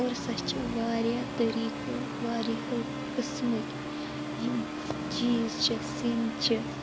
اور سۄ چھِ واریاہ طٔریٖقو واریاہو قٕسمٕکۍ یِم چیٖز چھِ سِنۍ چھِ